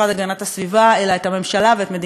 אל את הממשלה ואת מדינת ישראל כולה.